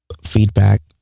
feedback